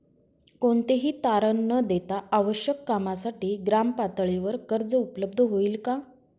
कोणतेही तारण न देता आवश्यक कामासाठी ग्रामपातळीवर कर्ज उपलब्ध होईल का?